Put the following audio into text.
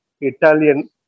Italian